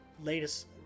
latest